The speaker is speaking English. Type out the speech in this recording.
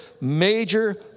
major